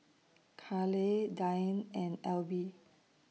Carleigh Diann and Elby